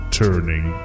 turning